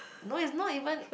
no it's not even